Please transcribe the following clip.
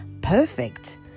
perfect